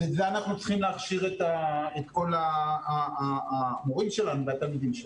אז את זה אנחנו צריכים להכשיר את כל המורים שלנו והתלמידים שלנו.